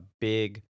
big